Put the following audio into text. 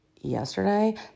yesterday